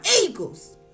eagles